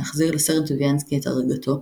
להחזיר לסרן טוביאנסקי את דרגתו,